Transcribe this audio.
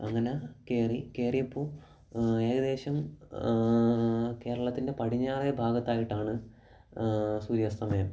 അങ്ങനെ കയറി കയറിയപ്പോൾ ഏകദേശം കേരളത്തിൻ്റെ പടിഞ്ഞാറേ ഭാഗത്തായിട്ടാണ് സൂര്യാസ്തമയം